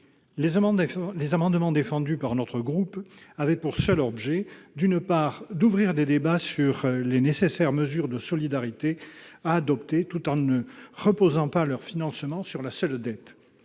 Les amendements défendus par mon groupe avaient pour objet d'ouvrir des débats sur les nécessaires mesures de solidarité à adopter, tout en ne faisant pas reposer leur financement sur la seule dette.